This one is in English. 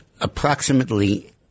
approximately